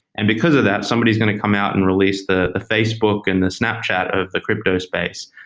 and because of that, somebody is going to come out and release the facebook and the snapchat of the crypto space,